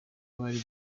bari